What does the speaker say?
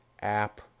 app